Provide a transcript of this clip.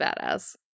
badass